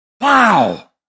Wow